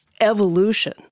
evolution